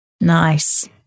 Nice